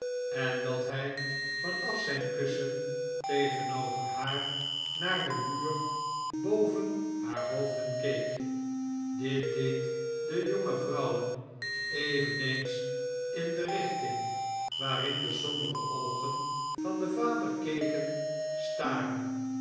en dat hij van af zijn kussen tegenover haar naar den muur boven haar hoofden keek dit deed de jonge vrouwen eveneens in de richting waarin de sombere oogen van den vader